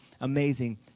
amazing